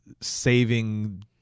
saving